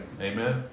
Amen